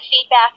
feedback